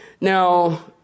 Now